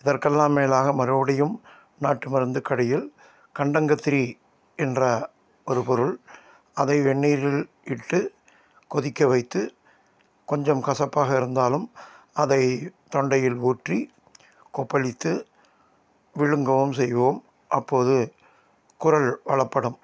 இதற்கெல்லாம் மேலாக மறுபடியும் நாட்டு மருந்து கடையில் கண்டங்கத்திரி என்ற ஒரு பொருள் அதை வெந்நீரில் இட்டு கொதிக்க வைத்து கொஞ்சம் கசப்பாக இருந்தாலும் அதை தொண்டையில் ஊற்றி கொப்பளித்து விழுங்கவும் செய்வோம் அப்போது குரல் வளப்படும்